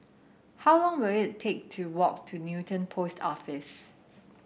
how long will it take to walk to Newton Post Office